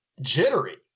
jittery